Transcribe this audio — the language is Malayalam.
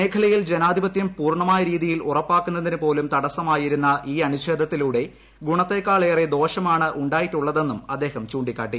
മേഖലിയിൽ ജനാധിപത്യം പൂർണമായ രീതിയിൽ ഉറപ്പാക്കുന്നതിന് പോലുക്കൃതിട്ടസ്സമായിരുന്ന ഈ അനുച്ഛേദത്തിലൂടെ ഗുണത്താക്കാളേറെ ദോഷമാണ് ഉണ്ടായിട്ടുള്ളതെന്നും അദ്ദേഹം ചൂണ്ടിക്കാട്ടി